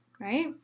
right